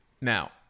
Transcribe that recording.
Now